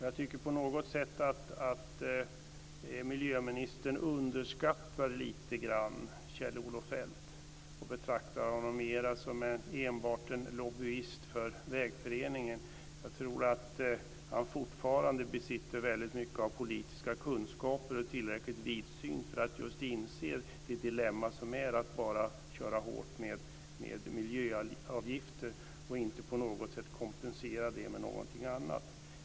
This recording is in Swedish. Jag tycker på något sätt att miljöministern lite grann underskattar Kjell-Olof Feldt och mera betraktar honom som enbart en lobbyist för Vägföreningen. Jag tror att han fortfarande besitter mycket av politiska kunskaper och att han är tillräckligt vidsynt för att just inse det dilemma som är med att bara köra hårt med miljöavgifter och inte på något sätt kompensera det med någonting annat.